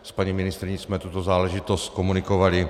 S paní ministryní jsme tuto záležitost komunikovali.